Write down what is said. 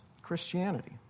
Christianity